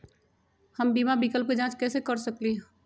हम बीमा विकल्प के जाँच कैसे कर सकली ह?